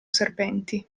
serpenti